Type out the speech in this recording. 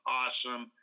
awesome